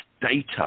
data